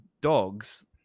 dogs